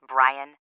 Brian